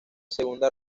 segunda